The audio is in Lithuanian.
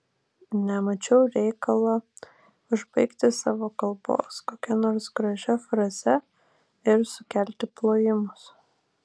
nemačiau reikalo užbaigti savo kalbos kokia nors gražia fraze ir sukelti plojimus